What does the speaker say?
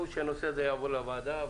עובר לוועדה.